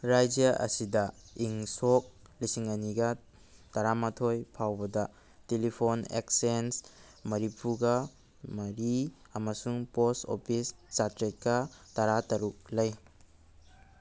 ꯔꯥꯖ꯭ꯌ ꯑꯁꯤꯗ ꯏꯪ ꯁꯣꯛ ꯂꯤꯁꯤꯡ ꯑꯅꯤꯒ ꯇꯔꯥꯃꯥꯊꯣꯏ ꯐꯥꯎꯕꯗ ꯇꯤꯂꯤꯐꯣꯟ ꯑꯦꯛꯆꯦꯟꯁ ꯃꯔꯤꯐꯨꯒ ꯃꯔꯤ ꯑꯃꯁꯨꯡ ꯄꯣꯁ ꯑꯣꯐꯤꯁ ꯆꯥꯇꯔꯦꯠꯀ ꯇꯔꯥꯇꯔꯨꯛ ꯂꯩ